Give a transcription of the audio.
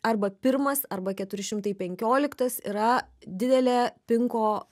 arba pirmas arba keturi šimtai penkioliktas yra didelė pinko